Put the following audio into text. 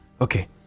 Okay